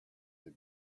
dei